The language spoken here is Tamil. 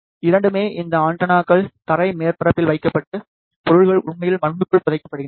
இரண்டுமே இந்த ஆண்டெனாக்கள் தரை மேற்பரப்பில் வைக்கப்பட்டு பொருள்கள் உண்மையில் மண்ணுக்குள் புதைக்கப்படுகின்றன